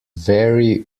vary